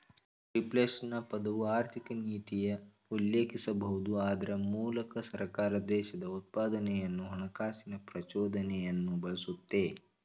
reflation ಪದವು ಆರ್ಥಿಕನೀತಿಯ ಉಲ್ಲೇಖಿಸಬಹುದು ಅದ್ರ ಮೂಲಕ ಸರ್ಕಾರ ದೇಶದ ಉತ್ಪಾದನೆಯನ್ನು ಹಣಕಾಸಿನ ಪ್ರಚೋದನೆಯನ್ನು ಬಳಸುತ್ತೆ